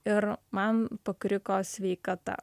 ir man pakriko sveikata